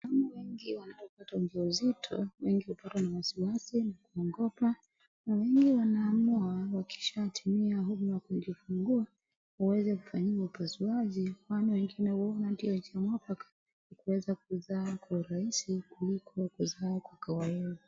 Mama wengi wanapopata ujauzito, wengi hupatwa na wasiwasi na kuogopa, na wengi wanaamua wakishatimia muda wa kujifungua huweza kufanyiwa upasuaji, kwani wengine huona ndiyo njia muafaka ya kuweza kuzaa kwa urahisi kuliko kuzaa kwa kawaida.